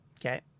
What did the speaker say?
Okay